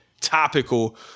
Topical